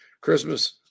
Christmas